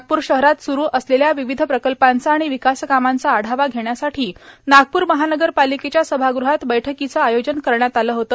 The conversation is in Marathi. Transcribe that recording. नागपूर शहरात स्रू असलेल्या विविध प्रकल्पांचा आणि विकास कामांचा आढावा घेण्यासाठी नागप्र महानगरपालिकेच्या सभाग़हात बैठकीच आयोजन करण्यात आल होते